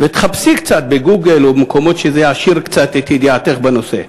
ותחפשי קצת ב"גוגל" או במקומות שזה יעשיר קצת את ידיעתך בנושא.